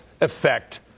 effect